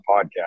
podcast